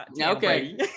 Okay